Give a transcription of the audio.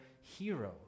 hero